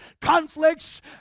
conflicts